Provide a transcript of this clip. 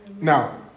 Now